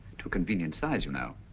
to a convenient size you know?